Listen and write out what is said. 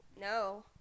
No